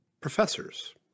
professors